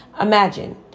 Imagine